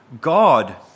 God